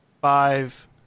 Five